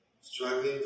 struggling